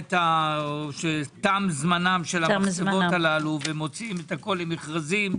שתם זמנן ומוציאים הכול למכרזים.